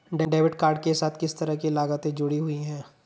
Debit card के साथ किस तरह की लागतें जुड़ी हुई हैं?